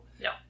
No